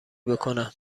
بکنم